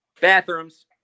Bathrooms